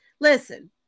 Listen